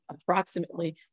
approximately